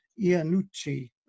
Iannucci